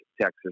Texas